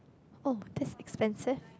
oh that's expensive